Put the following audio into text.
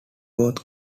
both